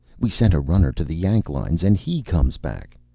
we sent a runner to the yank lines and he comes back.